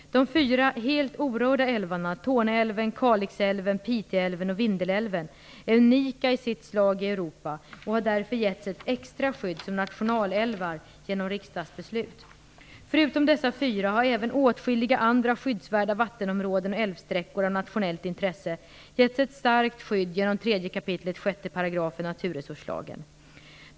De fyra helt orörda älvarna Torneälven, Kalixälven, Piteälven och Vindelälven är unika i sitt slag i Europa och har därför getts ett extra skydd som nationalälvar genom riksdagsbeslut. Förutom dessa fyra har även åtskilliga andra skyddsvärda vattenområden och älvsträckor av nationellt intresse getts ett starkt skydd genom 3 kap. 6 § naturresurslagen.